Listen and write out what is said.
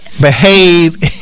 behave